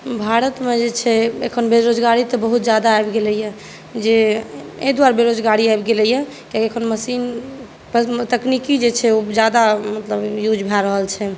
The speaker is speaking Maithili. भारतमे जे छै अखन बेरोजगारी तऽ बहुत ज़्यादा आबि गेलैए जे एहिदुआरे बेरोजगारी आबि गेलैए कियाकि अखन मशीन तकनीकी जे छै ओ ज़्यादा मतलब यूज भए रहल छै